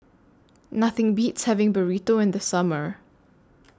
Nothing Beats having Burrito in The Summer